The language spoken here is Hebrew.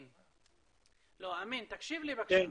בבקשה.